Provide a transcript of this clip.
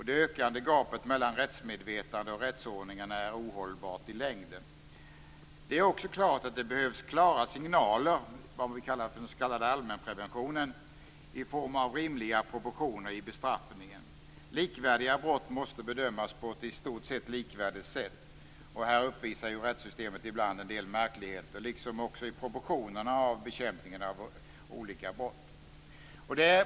Det ökande gapet mellan rättsmedvetandet och rättsordningen är ohållbart i längden. Det är också klart att det behövs klara signaler, den s.k. allmänpreventionen, i form av rimliga proportioner i bestraffningen. Likvärdiga brott måste bedömas på ett i stort sett likvärdigt sätt. Här uppvisar rättssystemet ibland en del märkligheter, liksom också i proportionerna av bekämpningen av olika brott.